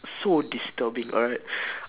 so disturbing alright